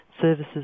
services